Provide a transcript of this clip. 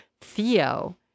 Theo